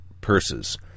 purses